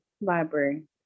library